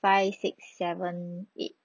five six seven eight